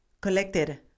collected